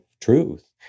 truth